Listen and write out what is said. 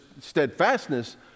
steadfastness